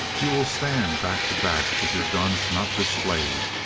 you will stand back to back with your guns not displayed,